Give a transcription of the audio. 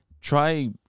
try